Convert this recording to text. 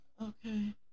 Okay